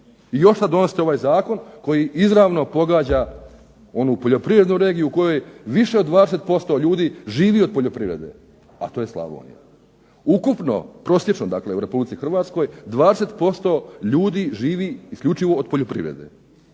I još sada donosite ovaj zakon koji izravno pogađa onu poljoprivrednu regiju u kojoj više od 20% ljudi živi od poljoprivrede, a to je Slavonija. Ukupno, prosječno dakle u Republici Hrvatskoj 20% ljudi živi isključivo u poljoprivrede.